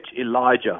Elijah